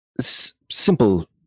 Simple